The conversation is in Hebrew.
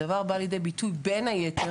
הדבר בא לידי ביטוי, בין היתר,